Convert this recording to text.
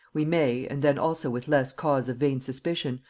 we may, and then also with less cause of vain suspicion,